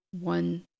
one